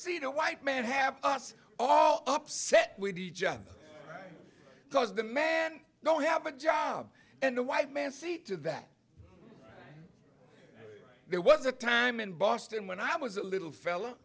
see the white man have us all upset with each other cause the men don't have a job and a white man see to that there was a time in boston when i was a little fell